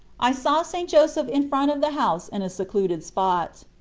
i saw st. joseph in front of the house in a secluded spot.